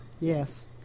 Yes